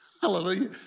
Hallelujah